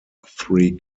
three